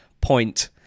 point